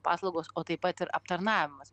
paslaugos o taip pat ir aptarnavimas